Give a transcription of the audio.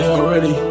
already